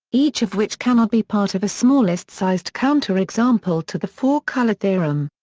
each of which cannot be part of a smallest-sized counterexample to the four color theorem.